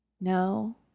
no